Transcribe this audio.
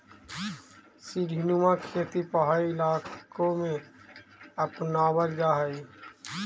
सीढ़ीनुमा खेती पहाड़ी इलाकों में अपनावल जा हई